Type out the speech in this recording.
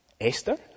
Esther